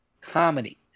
comedy